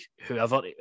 whoever